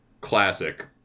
classic